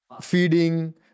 feeding